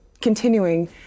continuing